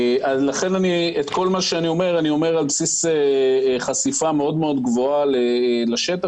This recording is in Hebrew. את מה שאני אומר אני אומר על בסיס חשיפה גבוהה לשטח.